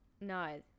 No